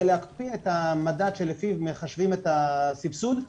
להקפיא את המדד שלפיו מחשבים את הסבסוד.